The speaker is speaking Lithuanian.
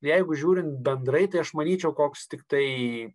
jeigu žiūrint bendrai tai aš manyčiau koks tiktai